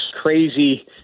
crazy